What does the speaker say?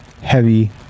heavy